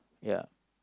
ya